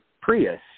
Prius